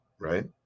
right